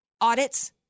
audits